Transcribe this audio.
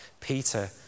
Peter